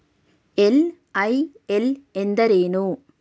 LIL ಎಂದರೇನು?